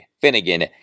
Finnegan